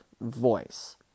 voice